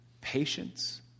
patience